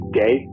day